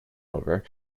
over